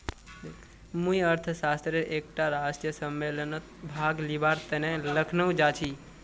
मुई अर्थशास्त्रेर एकटा राष्ट्रीय सम्मेलनत भाग लिबार तने लखनऊ जाछी